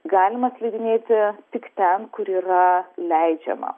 galima slidinėti tik ten kur yra leidžiama